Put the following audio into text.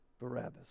Barabbas